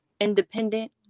Independent